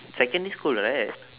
secondary school right